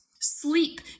Sleep